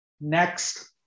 next